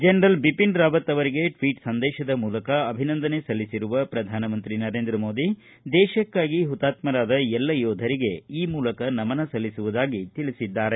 general Bipin Rawat ಅವರಿಗೆ tweet ಸಂದೇಶದ ಮೂಲಕ ಅಭಿನಂದನೆ ಸಲ್ಲಿಸಿರುವ ಪ್ರಧಾನಮಂತ್ರಿ ನರೇಂದ್ರ ಮೋದಿ ದೇಶಕ್ಕಾಗಿ ಹುತಾತ್ಸರಾದ ಎಲ್ಲ ಯೋಧರಿಗೆ ಈ ಮೂಲಕ ನಮನ ಸಲ್ಲಿಸುವುದಾಗಿ ತಿಳಿಸಿದ್ದಾರೆ